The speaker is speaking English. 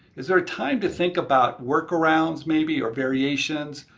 is there a time to think about workarounds maybe, or variations?